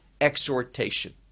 exhortation